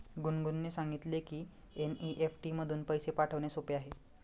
गुनगुनने सांगितले की एन.ई.एफ.टी मधून पैसे पाठवणे सोपे आहे